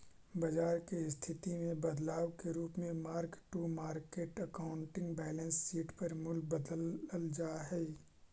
बाजार के स्थिति में बदलाव के रूप में mark to market accounting balance sheet पर मूल्य बदलल जा हई